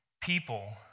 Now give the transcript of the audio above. people